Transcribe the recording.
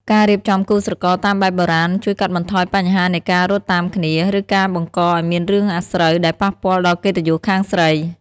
ការរៀបចំគូស្រករតាមបែបបុរាណ ជួយកាត់បន្ថយបញ្ហានៃការ "រត់តាមគ្នា" ឬការបង្កឱ្យមានរឿងអាស្រូវដែលប៉ះពាល់ដល់កិត្តិយសខាងស្រី។